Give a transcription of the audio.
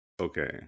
okay